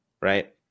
right